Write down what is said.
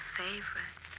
favorite